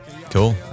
Cool